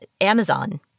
Amazon